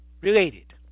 related